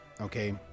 okay